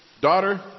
Daughter